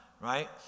right